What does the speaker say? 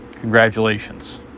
congratulations